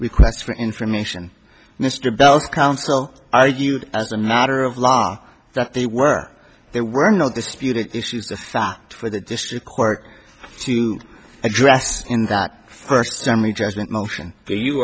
requests for information mr bell's counsel argued as a matter of law that they were there were no disputed issues that for the district court to address in that first family judgment motion you